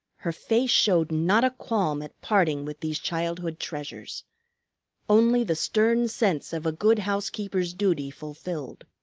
her face showed not a qualm at parting with these childhood treasures only the stern sense of a good housekeeper's duty fulfilled.